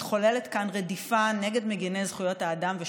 מתחוללת כאן רדיפה נגד מגיני זכויות האדם ושוחריהן.